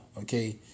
Okay